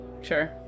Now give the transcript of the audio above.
Sure